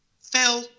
Phil